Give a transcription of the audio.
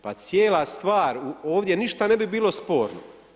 Pa cijela stvar, ovdje ništa ne bi bilo sporno.